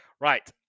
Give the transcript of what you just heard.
Right